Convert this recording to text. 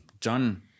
John